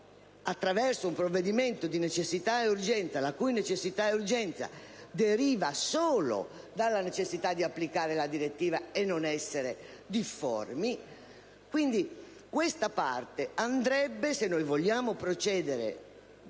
attraverso un provvedimento di necessità e urgenza, la cui necessità e urgenza deriva solo dall'esigenza di applicare la direttiva e non essere difformi. Questa parte, se vogliamo procedere